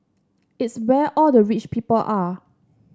it's where all the rich people are